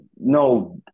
no